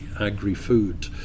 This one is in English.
agri-food